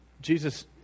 Jesus